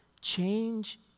change